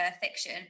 fiction